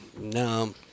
No